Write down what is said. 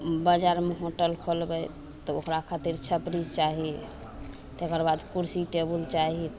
बजारमे होटल खोलबय तऽ ओकरा खातिर छपरी चाही तकर बाद कुर्सी टेबुल चाही